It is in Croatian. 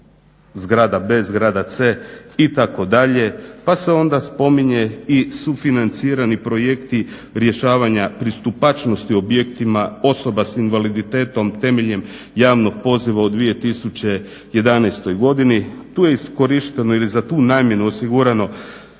zgrada B, zgrada C itd. Pa se onda spominje i sufinancirani projekti rješavanja pristupačnosti objektima osoba s invaliditetom temeljem javnog poziva u 2011. godini. Tu je iskorišteno ili za tu namjenu osigurano